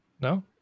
no